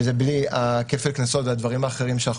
וזה בלי הכפל קנסות והדברים האחרים שאנחנו